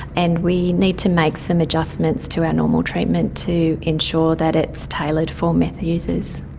and we need to make some adjustments to our normal treatment to ensure that it is tailored for meth users.